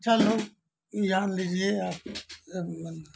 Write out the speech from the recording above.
चलो मान लीजिए आप बंद